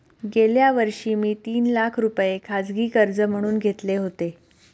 गेल्या वर्षी मी तीन लाख रुपये खाजगी कर्ज म्हणून घेतले होते